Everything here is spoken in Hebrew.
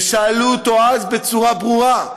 ושאלו אותו אז בצורה ברורה: